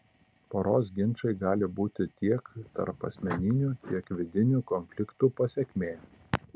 poros ginčai gali būti tiek tarpasmeninių tiek vidinių konfliktų pasekmė